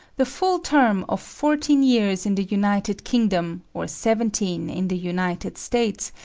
the full term of fourteen years in the united kingdom, or seventeen in the united states,